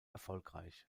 erfolgreich